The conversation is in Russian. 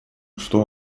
что